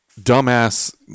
dumbass